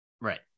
Right